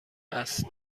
است